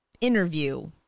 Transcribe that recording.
interview